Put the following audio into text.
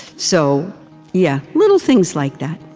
so yeah, little things like that.